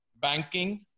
banking